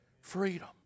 Freedom